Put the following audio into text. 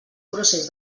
procés